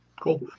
Cool